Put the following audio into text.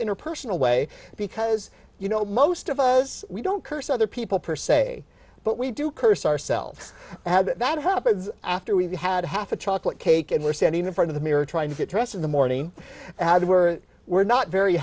interpersonal way because you know most of us we don't curse other people per se but we do curse ourselves as that happens after we had half a chocolate cake and we're standing in front of the mirror trying to get dressed in the morning as it were we're not very